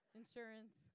insurance